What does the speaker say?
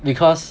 because